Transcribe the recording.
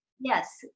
yes